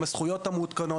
עם הזכויות המעודכנות,